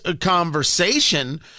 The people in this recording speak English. conversation